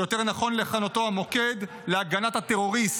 שיותר נכון לכנותו המוקד להגנת הטרוריסט,